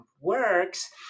works